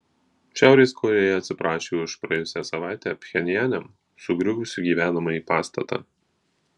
šiaurės korėja atsiprašė už praėjusią savaitę pchenjane sugriuvusį gyvenamąjį pastatą